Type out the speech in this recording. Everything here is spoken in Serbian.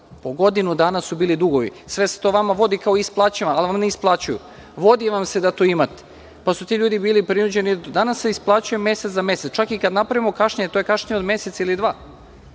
Po godinu dana su bili dugovi. Sve se to vama vodi kao isplaćivano, a oni ne isplaćuju. Vodi vam se da to imate, pa su ti ljudi bili prinuđeni. Danas se isplaćuje mesec za mesec. Čak i kada napravimo kašnjenje, to je kašnjenje od mesec ili dva.